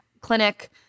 clinic